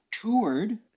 toured